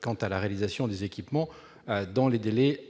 quant à la réalisation des équipements dans les enveloppes et les délais